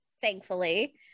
Thankfully